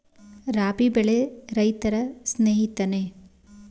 ರಾಬಿ ಬೆಳೆ ರೈತರ ಸ್ನೇಹಿತನೇ?